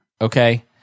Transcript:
Okay